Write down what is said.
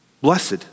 Blessed